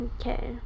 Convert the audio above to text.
Okay